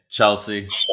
Chelsea